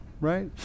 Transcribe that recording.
right